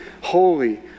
holy